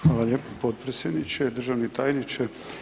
Hvala lijepo potpredsjedniče, državni tajniče.